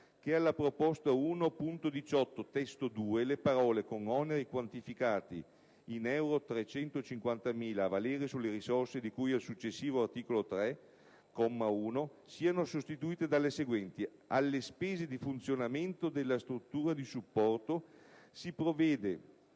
che alla proposta 1.18 (testo 2) le parole: "con oneri quantificati in euro 350 mila a valere sulle risorse di cui al successivo articolo 3, comma 1" siano sostituite dalle seguenti: "alle spese di funzionamento della struttura di supporto si provvede